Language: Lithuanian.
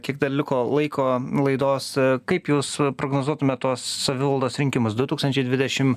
kiek dar liko laiko laidos kaip jūs prognozuotumėt savivaldos rinkimus du tūkstančiai dvidešim